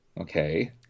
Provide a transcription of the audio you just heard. Okay